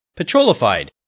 Petrolified